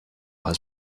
has